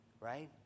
right